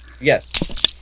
Yes